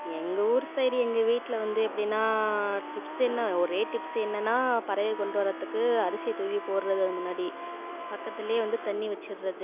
எங்கள் ஊர் சைடு எங்கள் வீட்டில் வந்து எப்படினா டிப்ஸ் என்ன ஒரே டிப்ஸ் என்னன்னா பறவையை கொண்டு வர்றதுக்கு அரிசியை தூவி போடுறது அது முன்னாடி பக்கத்துலேயே வந்து தண்ணி வெச்சிடுறது